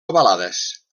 ovalades